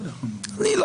אני.